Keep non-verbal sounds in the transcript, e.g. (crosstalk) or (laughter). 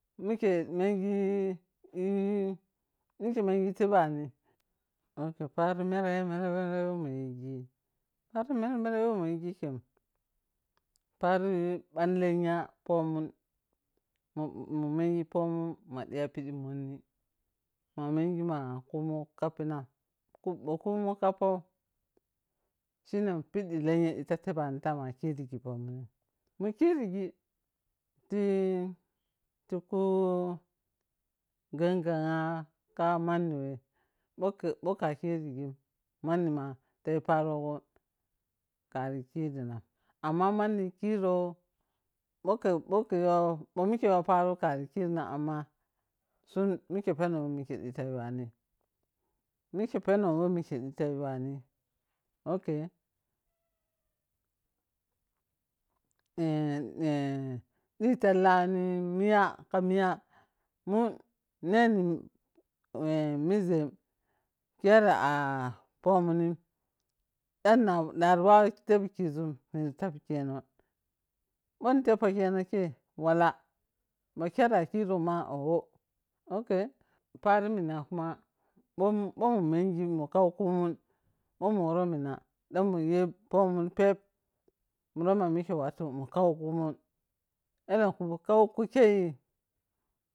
Mike mengi ee mike mengi tebani ok pari mere-mere mere whe muyige pari mere-mere whe muyigi kem pari ban lenya pomun mun, munmengi pomun madiya pidimonni mahmengi ma kumun kappina bho kumun kappou shine piɗɗi lenyan ɗiti tebani ta mokirigi pomunni, mukirigi ti tiku genganha ka manni whe bho bho kakirigin manni ma tayi parogo karikirinan amma manni kirou bho khe, bho kheyo bho mikeyo paro karikirinan amma sun mike peno whe mike ɗiti yuwani, mike peno whe mike ɗiti yuwani ok, (hesitation) ɗhiti tallani miya ka miiya, mun ne ni (hesitation) mirȝem kera ah pomunni ɗan narawawu tep kiȝun nira tep khenon bho ni teppo kheno kei wala makero a kiron ma oho ok, pari mina kuma bho xtwo munmengi mkaukumun bho mun woro mina ɗan mun yeh pomun pep mura ma mike wattu munkaukumun elenku kauku kei.